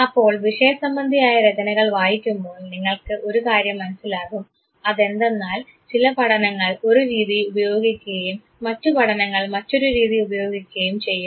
അപ്പോൾ വിഷയ സംബന്ധിയായ രചനകൾ വായിക്കുമ്പോൾ നിങ്ങൾക്ക് ഒരു കാര്യം മനസ്സിലാകും അതെന്തെന്നാൽ ചില പഠനങ്ങൾ ഒരു രീതി ഉപയോഗിക്കുകയും മറ്റു പഠനങ്ങൾ മറ്റൊരു രീതി ഉപയോഗിക്കുകയും ചെയ്യുന്നു